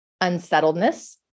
unsettledness